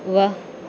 ਵਾਹ